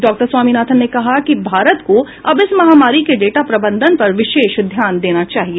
doctor Swaminathan ने कहा कि भारत को अब इस महामारी के डेटा प्रबंधन पर विशेष ध्यान देना चाहिए